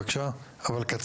בבקשה.